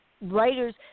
writers